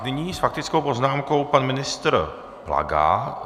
Nyní s faktickou poznámkou pan ministr Plaga.